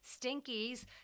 Stinkies